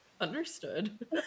understood